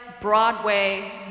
Broadway